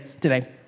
today